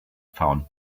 found